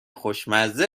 خوشمزه